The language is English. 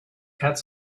cats